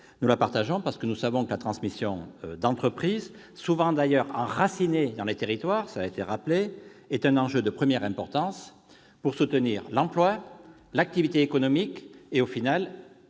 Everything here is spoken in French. Nous le partageons, parce que nous savons que la transmission des entreprises, qui sont d'ailleurs souvent enracinées dans les territoires, est un enjeu de première importance pour soutenir l'emploi, l'activité économique et, finalement,